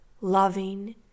loving